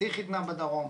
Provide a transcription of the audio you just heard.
אחותי חיתנה בדרום.